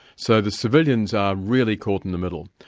so the civilians are really caught in the middle,